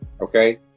okay